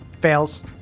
Fails